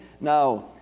now